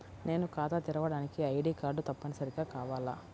నేను ఖాతా తెరవడానికి ఐ.డీ కార్డు తప్పనిసారిగా కావాలా?